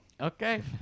Okay